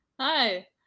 Hi